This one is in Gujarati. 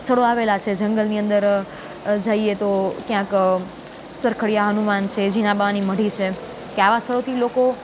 સ્થળો આવેલાં છે જંગલની અંદર જઈએ તો ક્યાંક સરખડીયા હનુમાન છે ઝીણા બાની મઢી છે કે આવાં સ્થળોથી લોકો